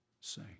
say